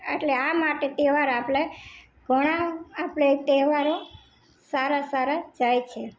એટલે આ માટે તહેવાર આપણે ઘણા આપણે તહેવારો સારા સારા જાય છે